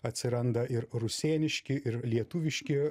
atsiranda ir rusėniški ir lietuviški